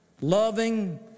loving